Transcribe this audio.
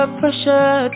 pressure